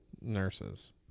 Nurses